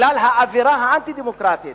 בגלל האווירה האנטי-דמוקרטית